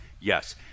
yes